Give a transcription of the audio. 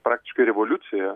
praktiškai revoliuciją